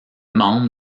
membre